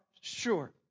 sure